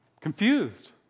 confused